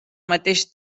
mateix